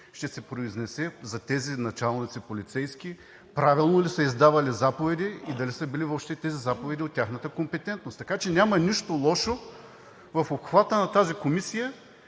ще се произнесе за тези началници полицейски правилно ли са издавали заповеди и дали са били въобще тези заповеди от тяхната компетентност. Така че няма нищо лошо в обхвата на тази комисия